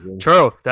true